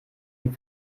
den